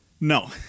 No